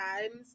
times